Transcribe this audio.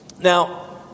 Now